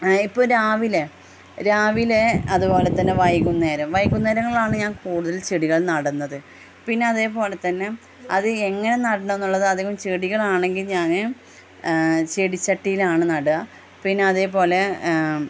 ഇപ്പോള് രാവിലെ രാവിലെ അതുപോലെ തന്നെ വൈകുന്നേരം വൈകുന്നേരങ്ങളിലാണ് ഞാൻ കൂടുതൽ ചെടികൾ നടുന്നത് പിന്നെ അതേപോലെ തന്നെ അത് എങ്ങനെ നടണമെന്നുള്ളത് അധികം ചെടികളാണെങ്കിൽ ഞാന് ചെടിച്ചട്ടിയിലാണ് നടുക പിന്നെ അതേപോലെ